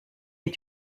est